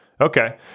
Okay